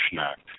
Act